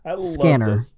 scanner